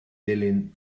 dilyn